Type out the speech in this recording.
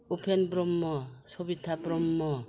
Upen Brahma Sabitha Brahma